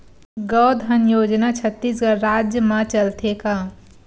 गौधन योजना छत्तीसगढ़ राज्य मा चलथे का?